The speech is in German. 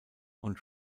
und